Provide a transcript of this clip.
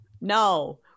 No